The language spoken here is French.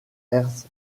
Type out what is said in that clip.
ernst